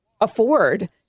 afford